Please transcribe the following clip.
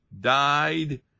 died